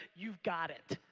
you've got it.